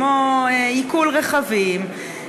כמו עיקול רכבים,